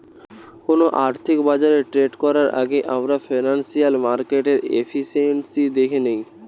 কোনো আর্থিক বাজারে ট্রেড করার আগেই আমরা ফিনান্সিয়াল মার্কেটের এফিসিয়েন্সি দ্যাখে নেয়